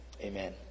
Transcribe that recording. Amen